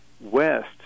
west